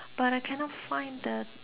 but I cannot find the